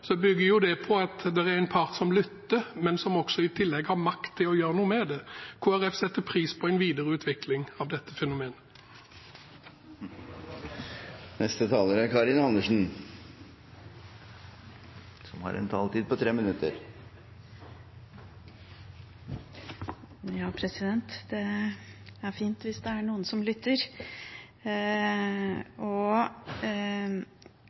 det gjelder bønnhørelse, bygger det på at det er en part som lytter, men som også i tillegg har makt til å gjøre noe med det. Kristelig Folkeparti setter pris på en videre utvikling av dette fenomenet. Det er fint hvis det er noen som lytter. Jeg hadde bare behov for å replisere til representanten for Høyre, for det er